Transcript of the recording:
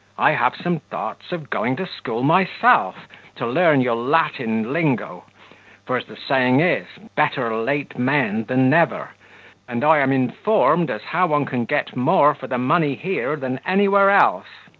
i have some thoughts of going to school myself to learn your latin lingo for, as the saying is, better late mend than never and i am informed as how one can get more for the money here than anywhere else.